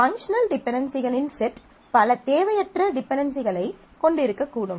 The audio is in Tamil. பங்க்ஷனல் டிபென்டென்சிகளின் செட் பல தேவையற்ற டிபென்டென்சிகளைக் கொண்டிருக்கக்கூடும்